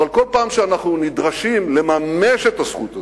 אבל כל פעם שאנחנו נדרשים לממש את הזכות הזאת,